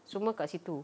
semua kat situ